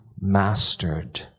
mastered